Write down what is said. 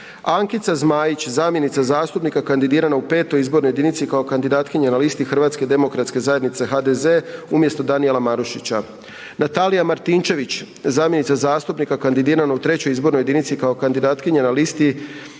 Ankica Zmajić, zamjenica zastupnika kandidirana u 5. izbornoj jedinici kao kandidatkinja na listi Hrvatske demokratske zajednice, HDZ, umjesto Danijela Marušića; Natalija Martinčević, zamjenica zastupnika kandidirana u 3. izbornoj jedinici kao kandidatkinja na listi